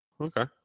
Okay